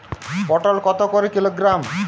পটল কত করে কিলোগ্রাম?